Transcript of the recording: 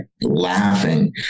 laughing